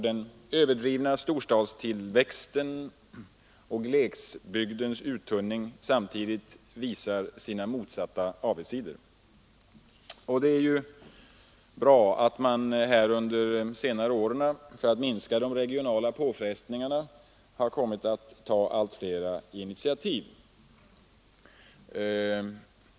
Den våldsamma storstadstillväxten och glesbygdens uttunning visar samtidigt sina motsatta avigsidor. Det är bra att man under senare år har kommit att ta allt fler initiativ för att minska de regionala påfrestningarna.